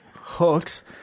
hooks